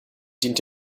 dient